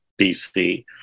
BC